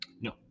No